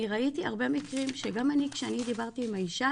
ראיתי הרבה מקרים שגם אני כשאני דיברתי עם האישה,